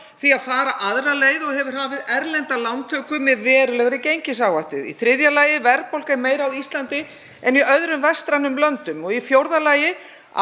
því að fara aðra leið og hefur hafið erlenda lántöku með verulegri gengisáhættu. Í þriðja lagi: Verðbólga er meiri á Íslandi en í öðrum vestrænum löndum. Í fjórða lagi: